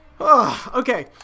Okay